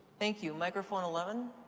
thank you, microphone eleven.